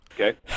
Okay